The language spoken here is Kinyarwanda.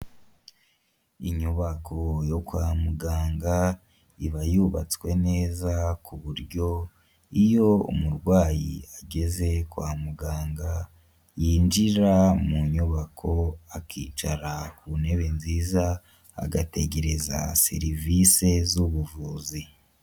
Inyubako yo kwa muganga; iba yubatswe neza ku buryo iyo umurwayi ageze kwa muganga, yinjira mu nyubako akicara ku ntebe nziza agategereza serivisi z'ubuvuzi.